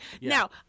Now